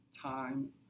Time